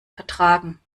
vertragen